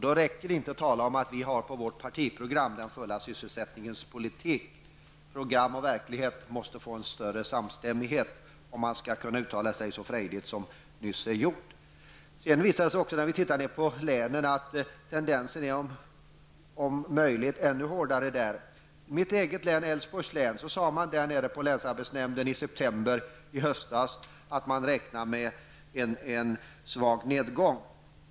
Då räcker det inte att Lars Ulander talar om att socialdemokraterna har den fulla sysselsättningen som mål i sitt partiprogram. Det måste råda större samstämmighet mellan program och verklighet om man skall kunna uttala sig så frejdigt som Lars Ulander gjorde. Om man ser på länen är tendensen om möjligt ännu klarare. På länsarbetsnämnden i mitt eget län, Älvsborgs län, sade man i september att man räknade med en svag nedgång.